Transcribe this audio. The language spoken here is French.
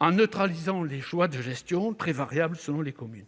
en neutralisant les choix de gestion, très variables selon les communes.